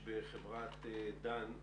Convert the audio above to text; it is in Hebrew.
בוקר טוב אני אשמח להתייחס למשהו שפחות דיברו עליו,